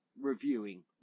reviewing